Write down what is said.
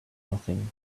nothing